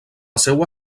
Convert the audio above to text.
seua